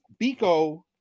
Biko